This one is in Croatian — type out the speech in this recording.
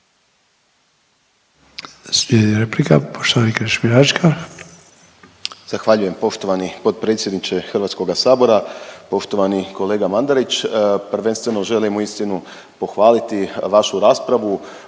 Zahvaljujem poštovani potpredsjedniče Hrvatskoga sabora. Poštovani kolega Mandarić, prvenstveno želim uistinu pohvaliti vašu raspravu